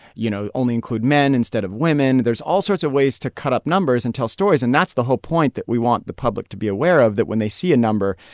you know, only include men instead of women. there's all sorts of ways to cut up numbers and tell stories. and that's the whole point that we want the public to be aware of, that when they see a number,